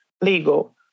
legal